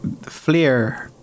Flair